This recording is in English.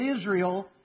Israel